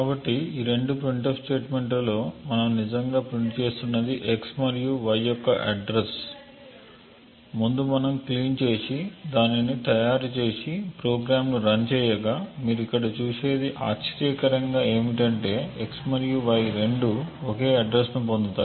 కాబట్టి ఈ రెండు printf స్టేట్మెంట్ల లో మనం నిజంగా ప్రింట్ చేస్తున్నది x మరియు y యొక్క అడ్రస్ ముందు మనం క్లీన్ చేసి దానిని తయారు చేసి ప్రోగ్రామ్ ను రన్ చేయగా మీరు ఇక్కడ చూసేది ఆశ్చర్యకరంగా x మరియు y రెండూ ఒకే అడ్రస్ ను పొందుతాయి